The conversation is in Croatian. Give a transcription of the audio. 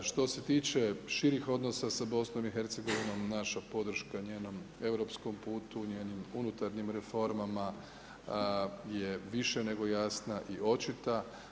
Što se tiče širih odnosa sa BiH, naša podrška njenom europskom putu, njenim unutarnjim reformama je više nego jasna i očita.